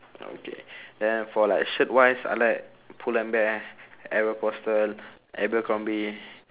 okay then for like shirt-wise I like pull and bear aeropostale abercrombie